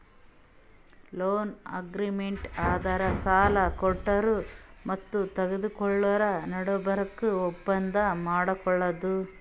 loan agreement ಅಂದ್ರ ಸಾಲ ಕೊಡೋರು ಮತ್ತ್ ತಗೋಳೋರ್ ನಡಬರ್ಕ್ ಒಪ್ಪಂದ್ ಮಾಡ್ಕೊಳದು